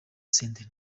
senderi